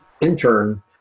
intern